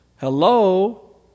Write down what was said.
Hello